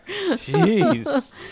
Jeez